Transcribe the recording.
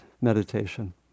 meditation